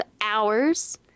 hours